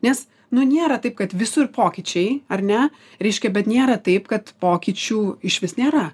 nes nu nėra taip kad visur pokyčiai ar ne reiškia bet nėra taip kad pokyčių išvis nėra